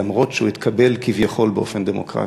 למרות שהוא התקבל כביכול באופן דמוקרטי.